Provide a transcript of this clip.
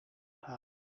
happen